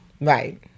Right